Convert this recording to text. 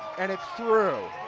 and it's through.